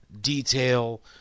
detail